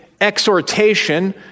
exhortation